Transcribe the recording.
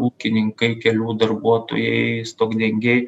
ūkininkai kelių darbuotojai stogdengiai